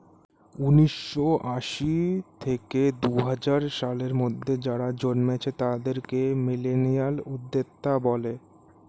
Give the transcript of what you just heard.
উন্নিশো আশি থেকে দুহাজার সালের মধ্যে যারা জন্মেছে তাদেরকে মিলেনিয়াল উদ্যোক্তা বলে